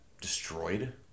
destroyed